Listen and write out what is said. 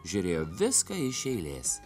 žiūrėjo viską iš eilės